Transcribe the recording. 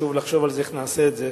שוב לחשוב איך נעשה את זה,